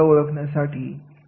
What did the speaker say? हे सांगणे अनिवार्य आहे